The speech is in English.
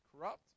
corrupt